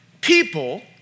People